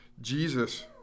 Jesus